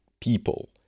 people